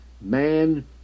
man